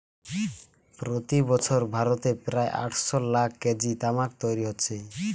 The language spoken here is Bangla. প্রতি বছর ভারতে প্রায় আটশ লাখ কেজি তামাক তৈরি হচ্ছে